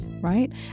right